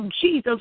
Jesus